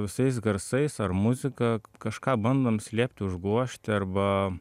visais garsais ar muzika kažką bandom slėpti užgožti arba